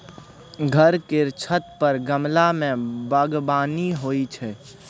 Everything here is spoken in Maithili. घर के छत पर गमला मे बगबानी होइ छै